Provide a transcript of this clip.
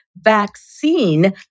vaccine